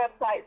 website